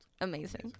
amazing